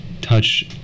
touch